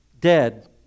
dead